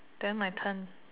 then my turn